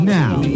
now